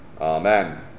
Amen